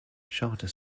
charter